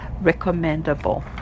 recommendable